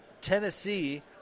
tennessee